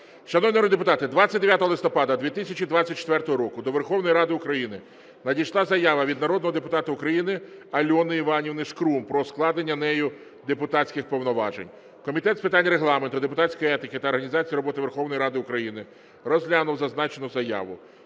народні депутати, 29 листопада 2024 року до Верховної Ради України надійшла заява від народного депутата України Альони Іванівни Шкрум про складення нею депутатських повноважень. Комітет з питань Регламенту, депутатської етики та організації роботи Верховної Ради України розглянув зазначену заяву,